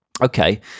Okay